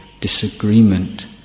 disagreement